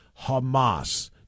Hamas